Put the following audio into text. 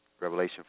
Revelation